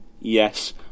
yes